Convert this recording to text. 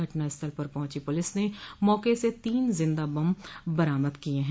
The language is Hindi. घटना स्थल पर पहुची पुलिस ने मौके से तीन जिंदा बम बरामद किये हैं